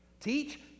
Teach